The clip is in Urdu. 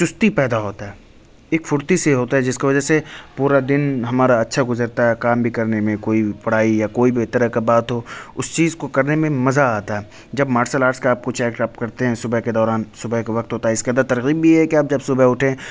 چستی پیدا ہوتا ہے ایک پھرتی سی ہوتا ہے جس کی وجہ سے پورا دن ہمارا اچھا گزرتا ہے کام بھی کرنے میں کوئی پڑھائی یا کوئی بھی طرح کا بات ہو اس چیز کو کرنے میں مزہ آتا ہے جب مارسل آرٹس کا آپ کچھ ایکٹ آپ کرتے ہیں صبح کے دوران صبح کے وقت ہوتا ہے اس کے اندر ترغیب بھی ہے کہ آپ جب صبح اٹھیں